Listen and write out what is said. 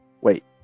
Wait